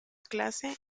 clase